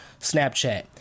Snapchat